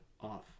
off